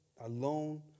alone